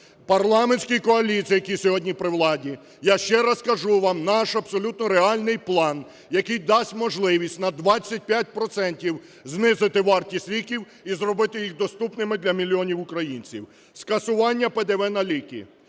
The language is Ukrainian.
парламентській коаліції, які сьогодні при владі, я ще раз кажу вам наш абсолютно реальний план, який дасть можливість на 25 процентів знизити вартість ліків і зробити їх доступними для мільйонів українців. Скасування ПДВ на ліки,